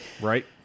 right